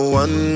one